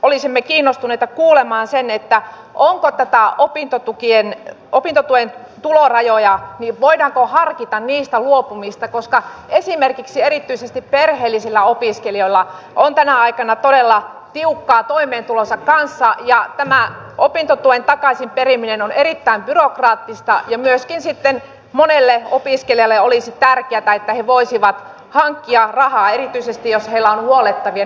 olisimme kiinnostuneita kuulemaan myöskin sen voidaanko harkita näistä opintotuen tulorajoista luopumista koska esimerkiksi erityisesti perheellisillä opiskelijoilla on tänä aikana todella tiukkaa toimeentulonsa kanssa ja tämä opintotuen takaisinperiminen on erittäin byrokraattista ja myöskin sitten monelle opiskelijalle olisi tärkeätä että he voisivat hankkia rahaa erityisesti jos heillä on huollettavia